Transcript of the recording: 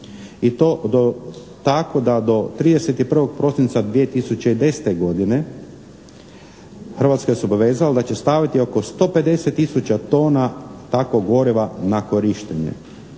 i to tako da to 31. prosinca 2010. godine, Hrvatska se obvezala da će staviti oko 150 tisuća tona takvog goriva na korištenje.